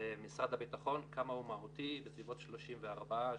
למשרד הביטחון הוא מהותי סביבות 34%-37%.